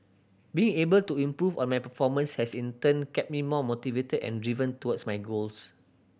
being able to improve on my performance has in turn kept me more motivated and driven towards my goals